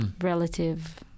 relative